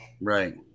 Right